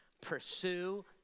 Pursue